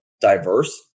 diverse